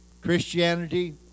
Christianity